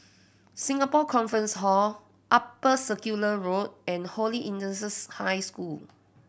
Singapore Conference Hall Upper Circular Road and Holy Innocents' High School